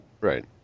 Right